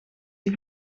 die